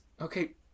Okay